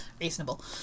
Reasonable